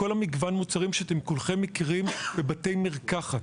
כול מגוון המוצרים שכולכם מכירים בבתי מרקחת,